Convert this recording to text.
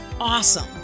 awesome